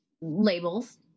labels